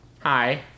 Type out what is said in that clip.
Hi